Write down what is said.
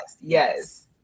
Yes